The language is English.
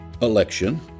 election